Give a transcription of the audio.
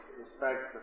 respect